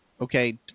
Okay